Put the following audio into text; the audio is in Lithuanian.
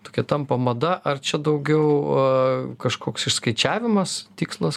tokia tampa mada ar čia daugiau a kažkoks išskaičiavimas tikslas